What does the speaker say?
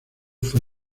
fue